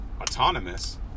Autonomous